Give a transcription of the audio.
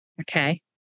Okay